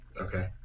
Okay